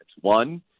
one